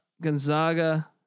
Gonzaga